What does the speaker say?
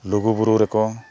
ᱞᱩᱜᱩᱵᱩᱨᱩ ᱨᱮᱠᱚ